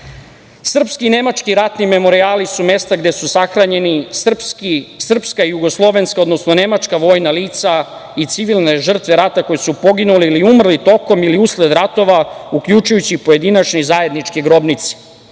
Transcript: prava. Srpski, nemački ratni memorijali su mesta gde su sahranjena srpska, jugoslovenska, nemačka vojna lica i civilne žrtve rata koji su poginuli ili umrli tokom ili usled ratova uključujući pojedinačne i zajedničke grobnice.